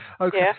okay